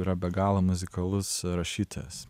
yra be galo muzikalus rašytojas